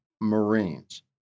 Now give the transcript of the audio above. Marines